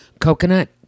Coconut